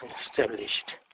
established